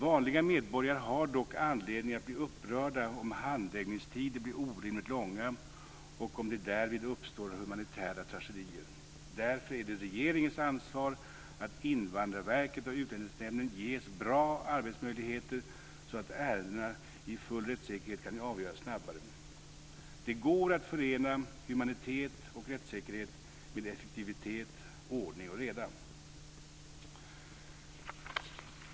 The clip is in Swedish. Vanliga medborgare har dock anledning att bli upprörda om handläggningstider blir orimligt långa och om det därvid uppstår humanitära tragedier. Därför är det regeringens ansvar att Invandrarverket och Utlänningsnämnden ges bra arbetsmöjligheter så att ärendena i full rättssäkerhet kan avgöras snabbare. Det går att förena humanitet och rättssäkerhet med effektivitet, ordning och reda.